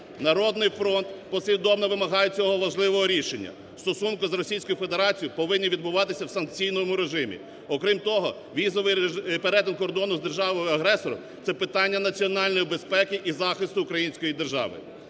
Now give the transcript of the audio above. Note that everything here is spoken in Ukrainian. "Народний фронт" послідовно вимагає цього важливого рішення. Стосунки з Російською Федерацією повинні відбуватися в санкційному режимі. Окрім того, візовий режим… перетин кордону з державою-агресором – це питання національної безпеки і захисту української держави.